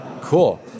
Cool